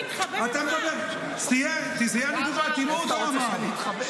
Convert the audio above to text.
שיאי הניתוק והאטימות, הוא אמר.